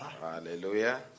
Hallelujah